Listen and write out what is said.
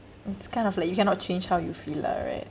it's kind of like you cannot change how you feel lah right